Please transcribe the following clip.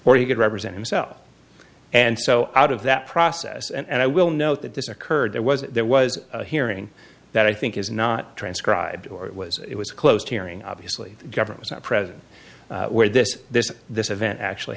he could represent himself and so out of that process and i will note that this occurred there was there was a hearing that i think is not transcribed or was it was closed hearing obviously government was not present where this this this event actually